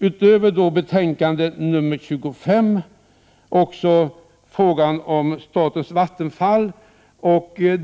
i näringsutskottets betänkande nr 25 vill jag ta upp statens vattenfallsverks verksamhet.